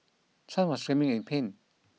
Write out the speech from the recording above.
Chan was screaming in pain